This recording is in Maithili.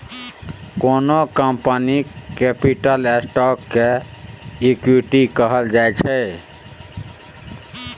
कोनो कंपनीक कैपिटल स्टॉक केँ इक्विटी कहल जाइ छै